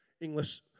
English